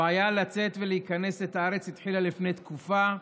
הבעיה בלצאת מהארץ ולהיכנס לארץ התחילה לפני תקופה,